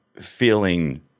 feeling